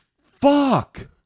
Fuck